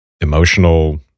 emotional